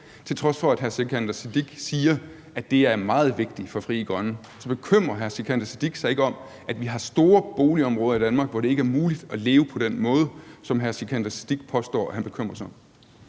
Til trods for at hr. Sikandar Siddique siger, at det er meget vigtigt for Frie Grønne, bekymrer hr. Sikandar Siddique sig ikke om, at vi har store boligområder i Danmark, hvor det ikke er muligt at leve på den måde, som hr. Sikandar Siddique påstår han bekymrer sig om.